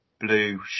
blue